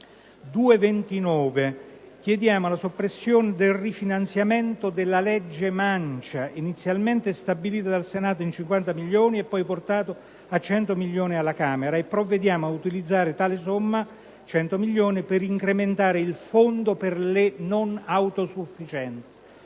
2.29 chiediamo la soppressione del rifinanziamento della "legge mancia", inizialmente stabilito dal Senato in 50 milioni, e poi portato a 100 milioni dalla Camera, e provvediamo ad utilizzare tale somma di 100 milioni per incrementare il Fondo per le non autosufficienze.